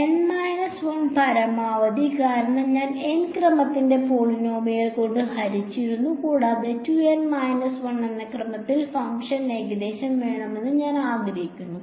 N 1 പരമാവധി കാരണം ഞാൻ N ക്രമത്തിന്റെ പോളിനോമിയൽ കൊണ്ട് ഹരിച്ചിരിക്കുന്നു കൂടാതെ 2 N 1 എന്ന ക്രമത്തിൽ ഫംഗ്ഷൻ ഏകദേശം വേണമെന്ന് ഞാൻ ആഗ്രഹിക്കുന്നു